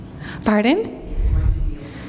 Pardon